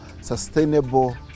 Sustainable